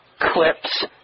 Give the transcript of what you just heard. clips